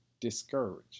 discouraged